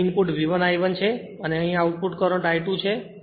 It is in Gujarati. અહીં ઇનપુટ V1 I1 છે અને અહીં આઉટપુટ કરંટ I2 છે